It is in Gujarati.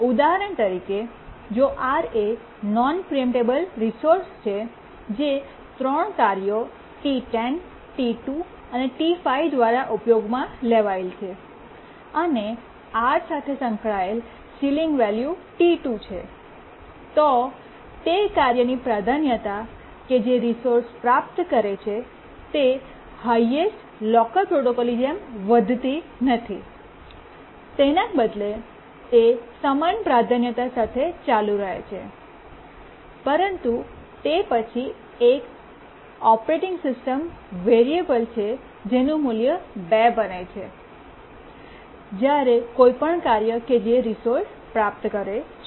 ઉદાહરણ તરીકે જો R એ નોન પ્રીએમ્પટેબલ રિસોર્સ છે જે ત્રણ કાર્યો T10T2 અને T5 દ્વારા ઉપયોગમાં લેવાયેલ છે અને R સાથે સંકળાયેલ સીલીંગ વૅલ્યુ T2 છે તો તે કાર્યની પ્રાધાન્યતા કે જે રિસોર્સ પ્રાપ્ત કરે છે તે હાયેસ્ટ લોકર પ્રોટોકોલની જેમ વધતી નથી તેના બદલે તે સમાન પ્રાધાન્યતા સાથે ચાલુ રહે છે પરંતુ તે પછી એક ઓરેટિંગ સિસ્ટમ વેરિયેબલ છે જેનું મૂલ્ય બે બને છે જ્યારે કોઈપણ કાર્ય કે જે રિસોર્સ પ્રાપ્ત કરે છે